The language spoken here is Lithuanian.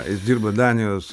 jis dirba danijos